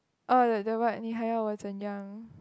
oh the the what 你还要我怎样